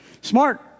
Smart